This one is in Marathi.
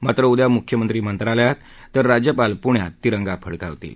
मात्र उद्या मुख्यमंत्री मंत्रालयात तर राज्यपाल पुण्यात तिरंगा फडकावतील